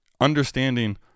understanding